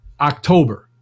October